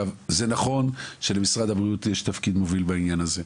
זה נכון שלמשרד הבריאות יש תפקיד מוביל בעניין הזה,